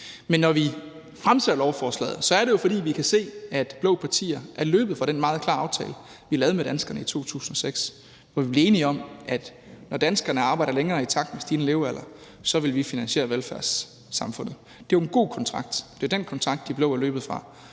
Men når vi fremsætter lovforslaget, er det jo, fordi vi kan se, at de blå partier er løbet fra den meget klare aftale, vi lavede med danskerne i 2006, hvor vi blev enige om, at når danskerne arbejder længere i takt med den stigende levealder, så vil vi finansiere velfærdssamfundet. Det er jo en god kontrakt. Og det er den kontrakt, de blå er løbet fra,